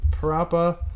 Parappa